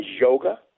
yoga